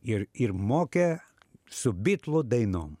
ir ir mokė su bitlų dainom